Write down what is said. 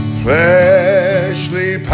fleshly